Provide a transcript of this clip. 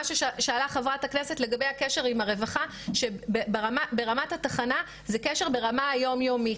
ששאלה חברת הכנסת לגבי הקשר עם הרווחה שברמת התחנה זה קשר ברמה יומיומית.